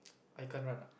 I can't run ah